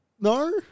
No